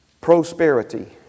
prosperity